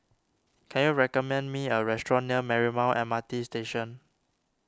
can you recommend me a restaurant near Marymount M R T Station